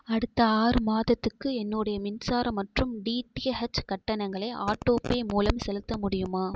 அடுத்த ஆறு மாதத்துக்கு என்னுடைய மின்சார மற்றும் டிடிஹெச் கட்டணங்களை ஆட்டோபே மூலம் செலுத்த முடியுமா